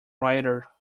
writer